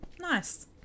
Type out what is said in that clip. Nice